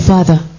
Father